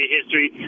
history